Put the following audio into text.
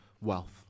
wealth